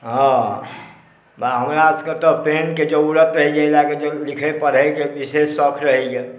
हँ बा हमरा सबके तँ पेनके जरूरत रहैया जे एहि लए कए पढ़य लिखयके विशेष सौख रहैया